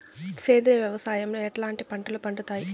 సేంద్రియ వ్యవసాయం లో ఎట్లాంటి పంటలు పండుతాయి